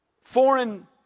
foreign